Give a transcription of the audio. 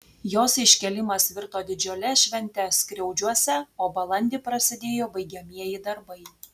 jos iškėlimas virto didžiule švente skriaudžiuose o balandį prasidėjo baigiamieji darbai